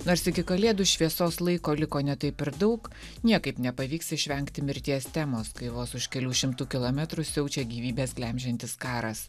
nors iki kalėdų šviesos laiko liko ne taip ir daug niekaip nepavyks išvengti mirties temos kai vos už kelių šimtų kilometrų siaučia gyvybes glemžiantis karas